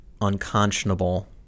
unconscionable